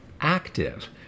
active